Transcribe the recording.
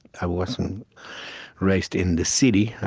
i wasn't raised in the city.